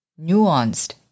nuanced